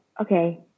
okay